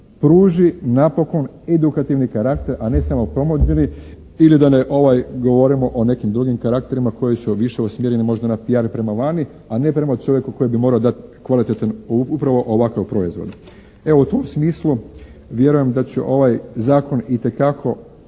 pruži napokon edukativni karakter, a ne samo promidžbeni ili da ne govorimo o nekim drugim karakterima koji su više usmjereni možda na PR i prema vani, a ne prema čovjeku koji bi morao dati kvalitetan, upravo ovakav proizvod. Evo, u tom smislu vjerujem da će ovaj Zakon itekako